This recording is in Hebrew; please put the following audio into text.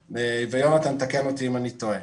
יונתן יתקן אותי אם אני טועה,